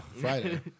Friday